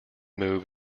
move